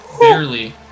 Barely